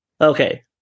Okay